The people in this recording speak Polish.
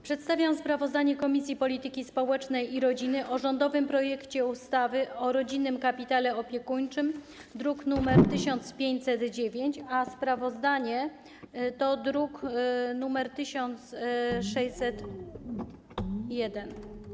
Przedstawiam sprawozdanie Komisji Polityki Społecznej i Rodziny o rządowym projekcie ustawy o rodzinnym kapitale opiekuńczym, druk nr 1509, a sprawozdanie to druk nr 1601.